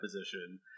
position